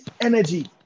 energy